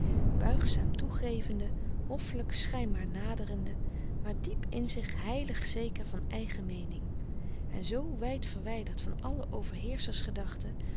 buigzaam toegevende hoffelijk schijnbaar naderende maar diep in zich heilig zeker van eigen meening en zoo wijd verwijderd van alle